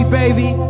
baby